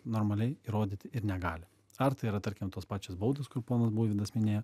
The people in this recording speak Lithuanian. normaliai įrodyti ir negali ar tai yra tarkim tos pačios baudos kur ponas buividas minėjo